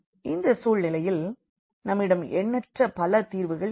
இந்த சூழ்நிலையில் நம்மிடம் எண்ணற்ற பல தீர்வுகள் இருக்கும்